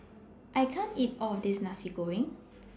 I can't eat All of This Nasi Goreng